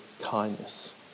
kindness